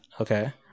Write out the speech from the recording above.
Okay